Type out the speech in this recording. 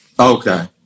Okay